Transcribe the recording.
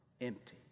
empty